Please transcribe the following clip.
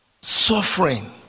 suffering